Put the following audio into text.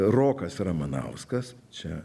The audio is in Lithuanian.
rokas ramanauskas čia